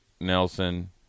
Nelson